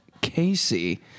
casey